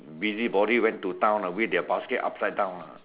busybody went to town ah with their basket upside down lah